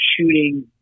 shooting